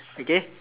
okay